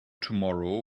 tomorrow